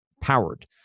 powered